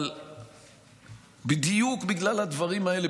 אבל בדיוק בגלל הדברים האלה,